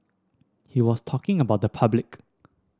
he was talking about the public